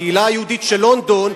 בקהילה היהודית של לונדון,